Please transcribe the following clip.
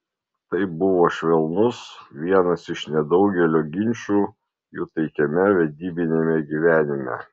tai buvo švelnus vienas iš nedaugelio ginčų jų taikiame vedybiniame gyvenime